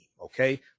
Okay